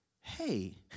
hey